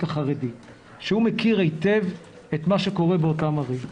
החרדי שמכיר היטב את מה שקורה באותן ערים.